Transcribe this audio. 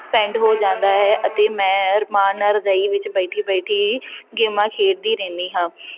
spend ਹੋ ਜਾਂਦਾ ਹੈ ਅਤੇ ਮੈਂ ਅਰਮਾਨ ਨਾਲ ਰਜਾਈ ਵਿੱਚ ਬੈਠੀ ਬੈਠੀ ਗੇਮਾਂ ਖੇਡਦੀ ਰਹਿੰਦੀ ਹਾਂ